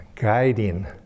guiding